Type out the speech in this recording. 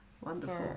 Wonderful